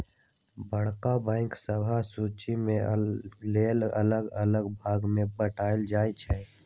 बड़का बैंक सभके सुचि के लेल अल्लग अल्लग भाग में बाटल जाइ छइ